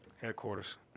headquarters